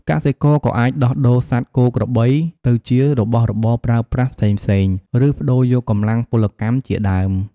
កសិករក៏អាចដោះដូរសត្វគោក្របីទៅជារបស់របរប្រើប្រាស់ផ្សេងៗ ឬប្ដូរយកកម្លាំងពលកម្មជាដើម។